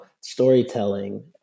storytelling